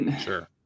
Sure